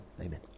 Amen